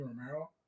Romero